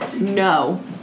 No